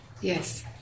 Yes